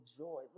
joy